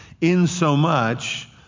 insomuch